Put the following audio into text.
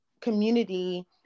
community